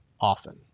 often